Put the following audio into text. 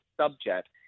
subject